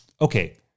Okay